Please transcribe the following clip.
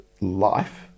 life